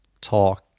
talk